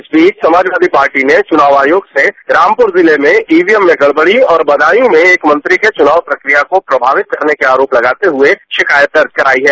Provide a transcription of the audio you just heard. इस बीच समाजवादी पार्टी ने चुनाव आयोग से रामपूर जिले में ईवीएम में गड़बड़ी और बदाप्रू में एक मंत्री के चुनाव प्रक्रिया को प्रभावित करने के आरोप लगाते हुए शिकायत दर्ज कराई है